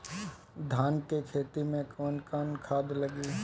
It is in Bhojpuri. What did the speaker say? धान के खेती में कवन कवन खाद लागी?